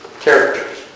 characters